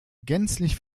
gänzlich